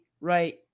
right